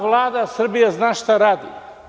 Vlada Srbije zna šta radi.